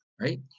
Right